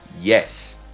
Yes